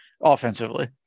offensively